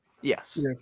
Yes